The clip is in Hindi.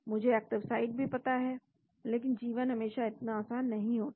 मुझे एक्टिव साइट भी पता है लेकिन जीवन हमेशा इतना आसान नहीं होता